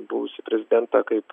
buvusį prezidentą kaip